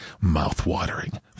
Mouth-watering